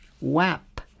WAP